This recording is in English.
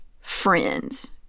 friends